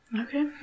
Okay